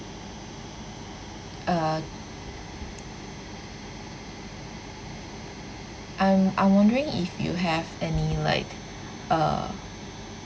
uh I'm I'm wondering if you have any like uh